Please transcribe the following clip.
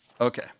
Okay